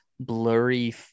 blurry